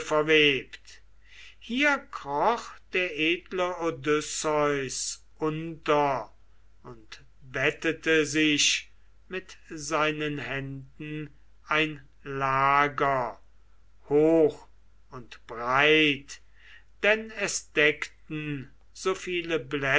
verwebt hier kroch der edle odysseus unter und bettete sich mit seinen händen ein lager hoch und breit denn es deckten so viele